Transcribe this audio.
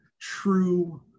true